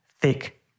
thick